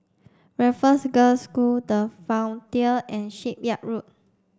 Raffles Girls' School The Frontier and Shipyard Road